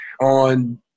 on